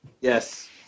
Yes